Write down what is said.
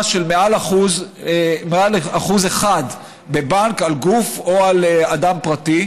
של מעל 1% בבנק על גוף או על אדם פרטי,